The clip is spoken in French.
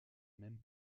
même